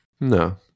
No